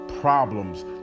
problems